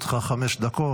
לרשותך חמש דקות.